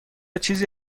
چیزی